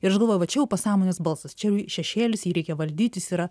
ir aš galvojau va čia jau pasąmonės balsas čia šešėlis jį reikia valdyti jis yra